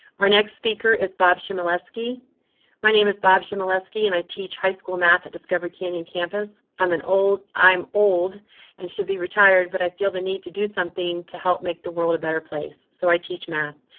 our next speaker is bob schimmel, uski my name is bob schimmel aski and i teach high school math at discovery canyon campus. i'm an old, i'm old and should be retired, but i feel the need to do something to help make the world a better place. so i teach math.